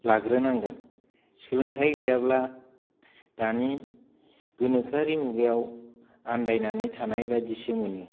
लाग्रोनांगोन सोलोंथाय गैयाब्ला दानि गोनोखोआरि मुगायाव आन्दायनानै थानाय बायदिसो मोनो